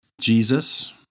Jesus